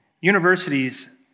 Universities